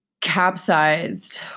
capsized